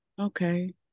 Okay